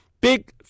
Big